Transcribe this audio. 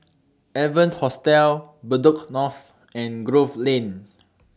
Evans Hostel Bedok North and Grove Lane